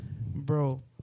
Bro